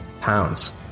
pounds